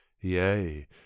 yea